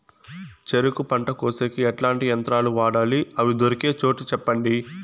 చెరుకు పంట కోసేకి ఎట్లాంటి యంత్రాలు వాడాలి? అవి దొరికే చోటు చెప్పండి?